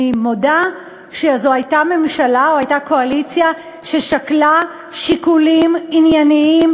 אני מודה שזו הייתה ממשלה או הייתה קואליציה ששקלה שיקולים ענייניים,